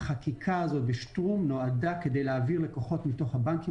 החקיקה הזאת בוועדת שטרום נועדה כדי להביא לקוחות מתוך הבנקים